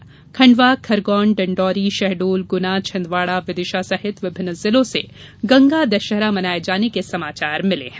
डिण्डोरी खण्डवा खरगोनडिण्डौरी शहडोल ग्रना छिंदवाड़ाविदिशा सहित विभिन्न जिलों से गंगा दशहरा मनाये जाने के समाचार मिले हैं